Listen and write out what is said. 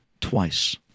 twice